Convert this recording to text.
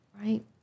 right